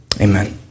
amen